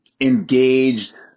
engaged